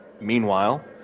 Meanwhile